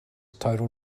total